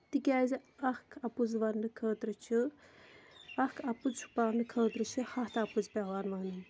تِکیٛازِ اَکھ اَپُز وَننہٕ خٲطرٕ چھِ اَکھ اَپُز چھُپاونہٕ خٲطرٕ چھِ ہَتھ اَپُز پٮ۪وان وَنٕنۍ